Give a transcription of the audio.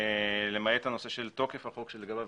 למעט הנושא של תוקף החוק שלגביו,